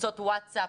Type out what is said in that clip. קבוצות ווטסאפ,